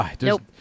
Nope